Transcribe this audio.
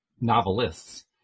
novelists